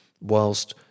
whilst